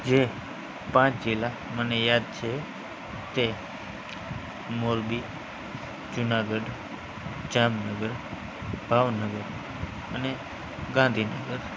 જે પાંચ જિલ્લા મને યાદ છે તે મોરબી જુનાગઢ જામનગર ભાવનગર અને ગાંધીનગર